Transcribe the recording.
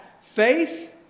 faith